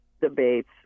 debates